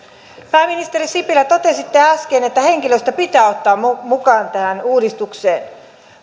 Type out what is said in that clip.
pääministeri sipilä totesitte äsken että henkilöstö pitää ottaa mukaan tähän uudistukseen